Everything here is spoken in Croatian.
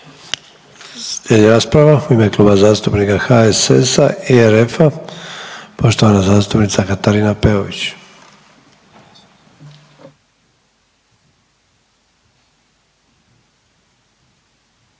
završna rasprava u ime Kluba zastupnika HSS-a i RF-a, zastupnica Katarina Peović.